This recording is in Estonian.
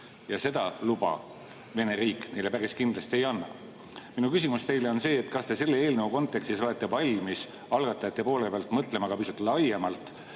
seda luba Vene riik neile päris kindlasti ei anna. Minu küsimus teile on järgmine: kas te selle eelnõu kontekstis olete valmis algatajate poole pealt mõtlema pisut laiemalt,